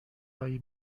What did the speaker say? هایی